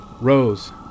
Rose